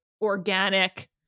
organic